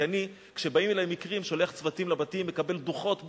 כי כשבאים אלי מקרים אני שולח צוותים לבתים ומקבל דוחות בדיוק,